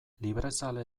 librezale